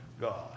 God